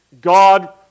God